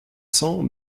cents